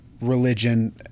religion